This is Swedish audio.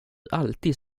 alltid